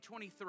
2023